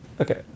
Okay